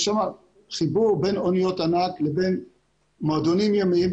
יש שם חיבור בין אניות ענק לבין מועדונים ימיים.